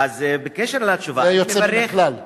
זה יוצא מן הכלל.